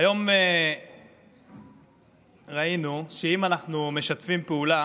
היום ראינו שאם אנחנו משתפים פעולה